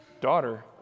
Daughter